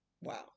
wow